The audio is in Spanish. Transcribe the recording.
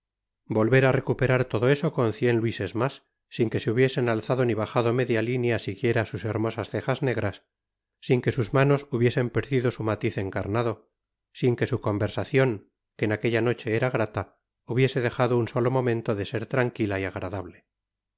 volver á recuperar todo eso con cien luises mas sin que se hubiesen alzado ni bajado media linea siquiera sus hermosas cejas negras sin que sus manos hubiesen perdido su matiz encarnado sin que su conversacion que en aquella noche era grata hubiese dejado un solo momento de ser tranquila y agradable